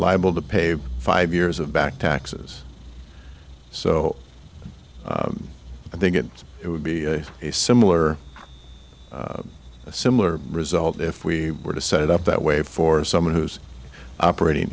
liable to pay five years of back taxes so i think it would be a similar similar result if we were to set it up that way for someone who's operating